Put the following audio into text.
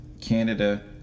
Canada